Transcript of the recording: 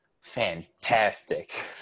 fantastic